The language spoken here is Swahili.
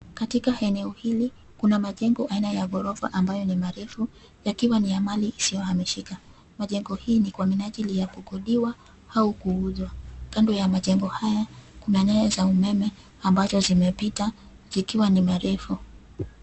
Katika eneo hili, kuna majengo aina ya ghorofa ambayo ni marefu yakiwa ni ya mali isiyo hamishika. Majengo hii ni kwa minajili ya kukodiwa au kuuzwa. Kando ya majengo haya kuna nyaya za umeme ambazo zimepita zikiwa ni marefu.